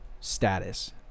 status